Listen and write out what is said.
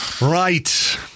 Right